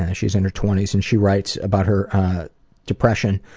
and she's in her twenty s, and she writes about her depression,